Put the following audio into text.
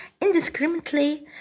indiscriminately